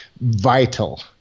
vital